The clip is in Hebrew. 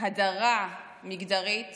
הדרה מגדרית